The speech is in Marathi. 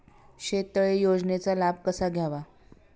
शेततळे योजनेचा लाभ कसा घ्यावा?